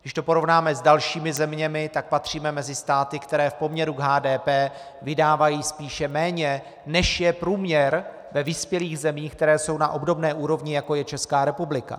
Když to porovnáme s dalšími zeměmi, patříme mezi státy, které v poměru k HDP vydávají spíše méně, než je průměr ve vyspělých zemích, které jsou na obdobné úrovni, jako je Česká republika.